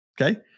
Okay